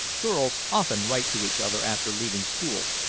girls often write to each other after leaving school,